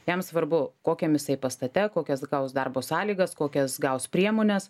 jam svarbu kokiam jisai pastate kokias gaus darbo sąlygas kokias gaus priemones